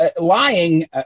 lying